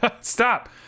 Stop